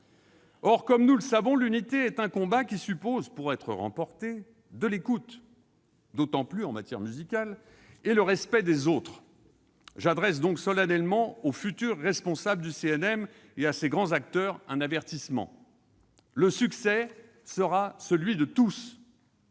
Or, comme nous le savons, l'unité est un combat qui suppose, pour être remporté, de l'écoute- d'autant plus en matière musicale -et le respect des autres. J'adresse donc solennellement aux futurs responsables du CNM et à ses grands acteurs un avertissement : le succès sera celui de tous